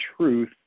truth